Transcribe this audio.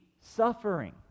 suffering